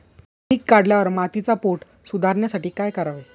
पीक काढल्यावर मातीचा पोत सुधारण्यासाठी काय करावे?